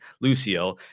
Lucio